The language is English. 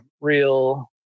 real